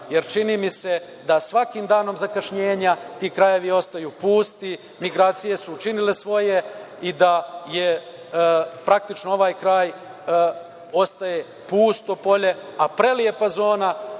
jer čini mi se da svakim danom zakašnjenja ti krajevi ostaju pusti, migracije su učinile svoje i da praktično ovaj kraj ostaje pusto polje, a prelepa zona